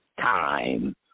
time